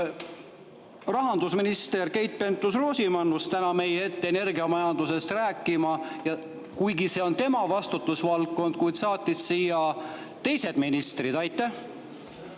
rahandusminister Keit Pentus-Rosimannus täna meie ette energiamajandusest rääkima, kuigi see on tema vastutusvaldkond? Miks ta saatis siia teised ministrid? Ma